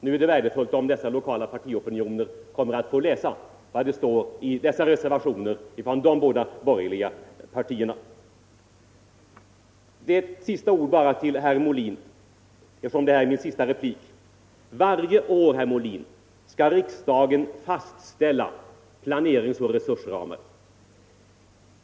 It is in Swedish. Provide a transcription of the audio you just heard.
Nu är det dags för dessa lokala partiopinioner att läsa vad det står i reservationerna från dessa båda borgerliga partier. Så bara en sista replik till herr Molin, eftersom detta är mitt sista genmäle i denna omgång. Varje år, herr Molin, skall riksdagen fastställa planeringsoch resursramar.